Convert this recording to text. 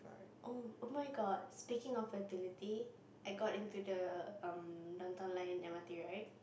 oh oh-my-god speaking of fertility I got into the um Downtown Line M_R_T right